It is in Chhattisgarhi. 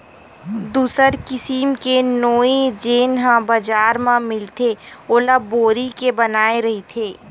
दूसर किसिम के नोई जेन ह बजार म मिलथे ओला बोरी के बनाये रहिथे